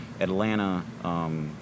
Atlanta